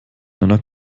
einer